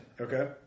Okay